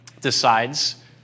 decides